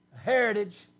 heritage